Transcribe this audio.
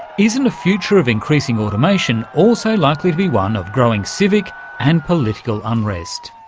isn't a future of increasing automation also likely to be one of growing civic and political unrest?